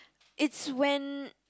it's when